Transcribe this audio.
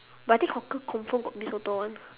but I think hawker confirm got mee soto [one]